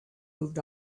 moved